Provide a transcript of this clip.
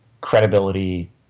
credibility